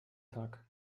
tag